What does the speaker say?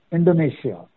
Indonesia